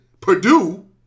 Purdue